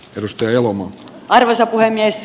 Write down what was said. perustyöloma arvoisa puhemies